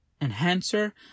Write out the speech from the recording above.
enhancer